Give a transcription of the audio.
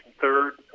third